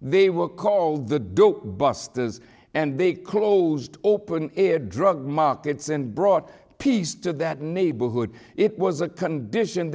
they were called the don't busters and they closed open air drug markets and brought peace to that neighborhood it was a condition